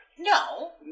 No